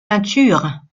peintures